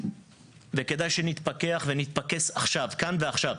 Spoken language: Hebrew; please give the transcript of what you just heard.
וכדאי שנתפכח ונתפקס כאן ועכשיו,